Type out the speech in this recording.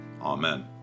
amen